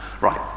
right